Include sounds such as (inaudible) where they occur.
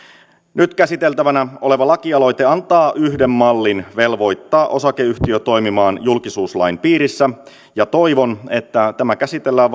nyt käsiteltävänä oleva lakialoite antaa yhden mallin velvoittaa osakeyhtiö toimimaan julkisuuslain piirissä ja toivon että tämä käsitellään (unintelligible)